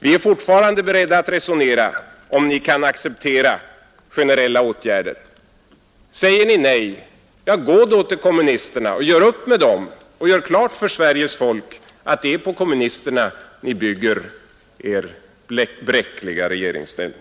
Vi är fortfarande beredda att resonera, om ni kan acceptera generella åtgärder. Säger ni nej, gå då till kommunisterna och gör upp med dem och gör klart för Sveriges folk att det är på kommunisterna ni bygger er bräckliga regeringsställning!